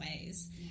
ways